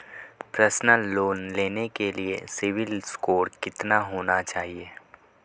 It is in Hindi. पर्सनल लोंन लेने के लिए सिबिल स्कोर कितना होना चाहिए?